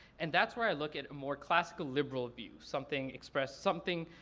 and that's where i look at a more classical, liberal view. something express something,